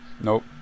Nope